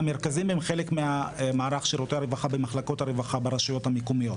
המרכזיים הם חלק ממערך שירותי הרווחה במחלקות הרווחה ברשויות המקומיות.